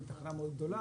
עם תחנה מאוד גדולה